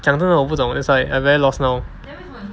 讲真的我不懂 that's why I'm very lost